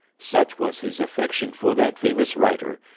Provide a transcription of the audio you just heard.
such was his affection for that famous writer,